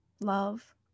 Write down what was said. love